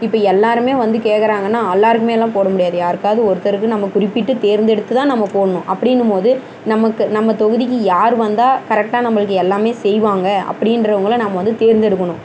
இப்போ எல்லோருமே வந்து கேக்கிறாங்கன்னா எல்லாருக்குமேலாம் போட முடியாது யாருக்காவது ஒருத்தருக்கு நம்ம குறிப்பிட்டு தேர்ந்தெடுத்து தான் நம்ம போடணும் அப்படின்னும் போது நமக்கு நம்ம தொகுதிக்கு யார் வந்தால் கரெக்டாக நம்மளுக்கு எல்லாமே செய்வாங்க அப்படின்றவங்கள நம்ம வந்து தேர்ந்தெடுக்கணும்